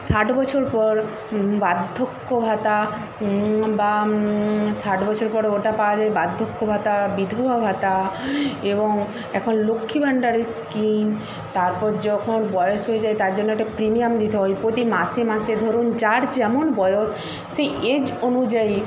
ষাট বছর পর বার্ধক্য ভাতা বা ষাট বছর পরে ওটা পাওয়া যায় বার্ধক্য ভাতা বিধবা ভাতা এবং এখন লক্ষ্মীভাণ্ডারের স্কিম তারপর যখন বয়স হয়ে যায় তার জন্য একটা প্রিমিয়াম দিতে হয় প্রতি মাসে মাসে ধরুন যার যেমন বয়স সেই এজ অনুযায়ী